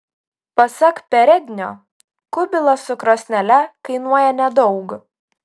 pasak perednio kubilas su krosnele kainuoja nedaug